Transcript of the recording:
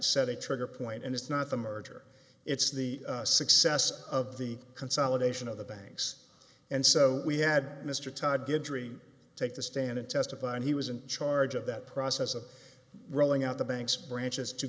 a trigger point and it's not the merger it's the success of the consolidation of the banks and so we had mr todd guidry take the stand and testify and he was in charge of that process of rolling out the banks branches to